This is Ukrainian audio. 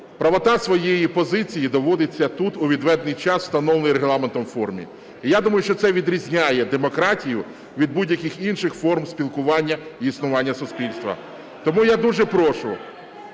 Правота своєї позиції доводиться тут у відведений час, встановлений Регламентом формі. І я думаю, що це відрізняє демократію від будь-яких інших форм спілкування і існування суспільства. Тому я дуже прошу…